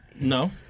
No